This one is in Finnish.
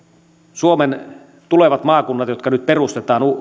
suomen tulevat maakunnat jotka nyt perustetaan